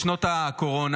בשנות הקורונה,